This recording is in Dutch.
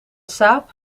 saab